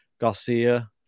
Garcia